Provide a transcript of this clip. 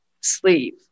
sleeve